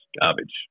garbage